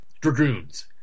dragoons